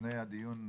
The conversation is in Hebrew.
לפני הדיון,